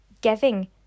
giving